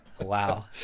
Wow